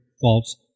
false